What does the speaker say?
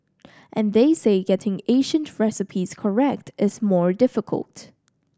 and they say getting Asian recipes correct is more difficult